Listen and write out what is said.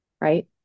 right